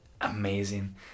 amazing